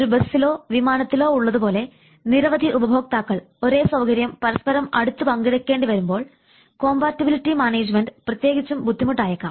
ഒരു ബസ്സിലോ വിമാനത്തിലോ ഉള്ളതുപോലെ നിരവധി ഉപഭോക്താക്കൾ ഒരേ സൌകര്യം പരസ്പരം അടുത്തു പങ്കെടുക്കേണ്ടി വരുമ്പോൾ കോംബാറ്റ്ബിലിറ്റി മാനേജ്മെൻറ് പ്രത്യേകിച്ചും ബുദ്ധിമുട്ട് ആയേക്കാം